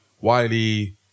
Wiley